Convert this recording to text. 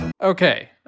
okay